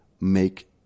make